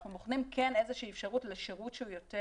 אנחנו בוחנים כן איזושהי אפשרות לשירות שהוא יותר,